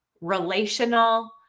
relational